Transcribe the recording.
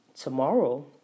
Tomorrow